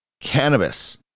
cannabis